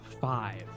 five